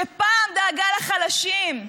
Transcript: שפעם דאגה לחלשים?